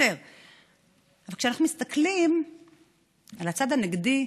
אבל כשאנחנו מסתכלים על הצד הנגדי,